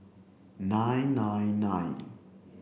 nine nine nine